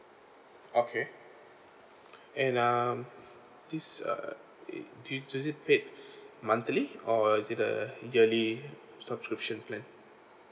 okay and um this uh it is it paid monthly or is it a yearly subscription plan